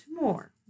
more